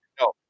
No